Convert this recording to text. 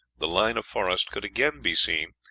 the line of forest could again be seen,